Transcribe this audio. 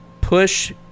push